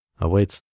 awaits